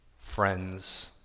friends